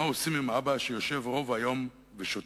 מה עושים עם אבא שיושב רוב היום ושותק?